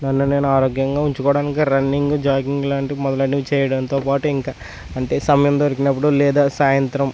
నన్ను నేను ఆరోగ్యంగా ఉంచుకోవడానికి రన్నింగ్ జాగింగ్ లాంటివి మొదలైనవి చేయడంతో పాటు ఇంకా అంటే సమయం దొరికినప్పుడు లేదా సాయంత్రం